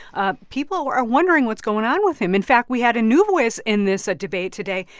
ah people are wondering what's going on with him in fact, we had a new voice in this debate today,